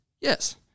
Yes